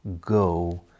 go